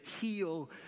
heal